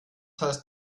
heißt